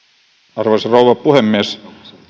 arvoisa rouva puhemies